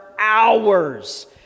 hours